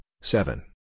seven